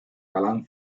galán